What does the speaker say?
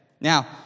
Now